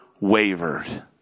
wavered